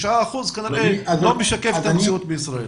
9% כנראה לא משקף את המציאות בישראל.